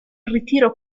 ritiro